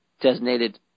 designated –